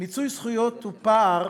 מיצוי זכויות הוא פער